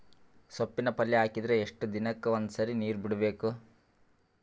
ಸೊಪ್ಪಿನ ಪಲ್ಯ ಹಾಕಿದರ ಎಷ್ಟು ದಿನಕ್ಕ ಒಂದ್ಸರಿ ನೀರು ಬಿಡಬೇಕು?